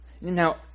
Now